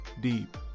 deep